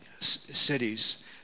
cities